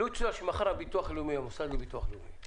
לו יצויר שמחר המוסד לביטוח לאומי,